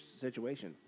situation